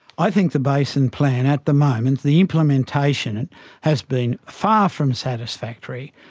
i think the basin plan at the moment, the implementation and has been far from satisfactory.